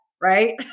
Right